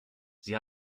sie